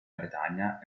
bretagna